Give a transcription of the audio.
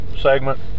segment